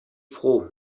froh